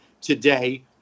today